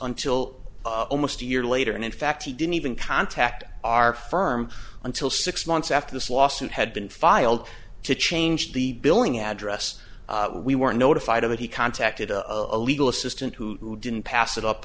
until almost a year later and in fact he didn't even contact our firm until six months after this lawsuit had been filed to change the billing address we were notified of that he contacted a legal assistant who didn't pass it up